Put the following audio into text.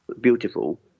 beautiful